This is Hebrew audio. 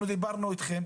אנחנו דיברנו איתכם.